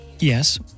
Yes